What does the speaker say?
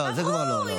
נכון.